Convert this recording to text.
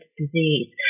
disease